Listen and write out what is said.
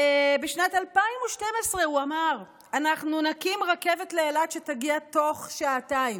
בשנת 2012 הוא אמר: אנחנו נקים רכבת לאילת שתגיע תוך שעתיים.